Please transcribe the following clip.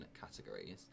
categories